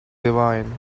divine